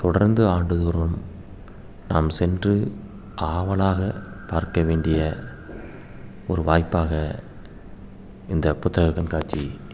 தொடர்ந்து ஆண்டு தோறும் நாம் சென்று ஆவலாக பார்க்க வேண்டிய ஒரு வாய்ப்பாக இந்த புத்தகம் கண்காட்சி